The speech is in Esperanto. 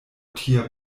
tia